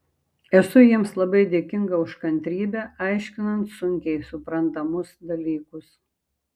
esu jiems labai dėkinga už kantrybę aiškinant sunkiai suprantamus dalykus